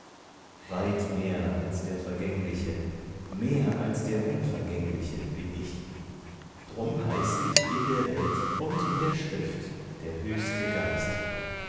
weit mehr als der vergängliche mehr als der unvergängliche bin ich drum heiß ich in der welt und in der schrift der höchste geist